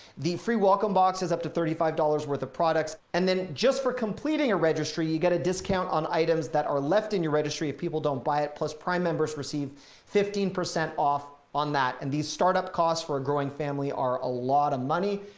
the free welcome boxes up to thirty five dollars worth of products. and then just for completing a registry, you get a discount on items that are left in your registry. if people don't buy it, plus prime members receive fifteen percent off on that. and these startup costs for a growing family are a lot of money.